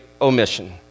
omission